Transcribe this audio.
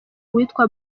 uwitwa